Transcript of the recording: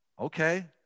Okay